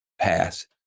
pass